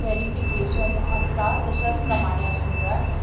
verification आसता तशाच प्रमाणें आसूं जाय